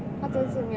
uh